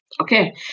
Okay